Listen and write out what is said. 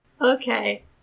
Okay